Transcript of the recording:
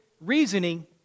reasoning